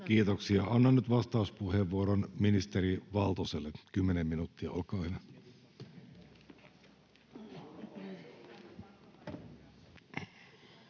Kiitoksia. — Annan nyt vastauspuheenvuoron ministerin Valtoselle, kymmenen minuuttia, olkaa hyvä.